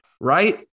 right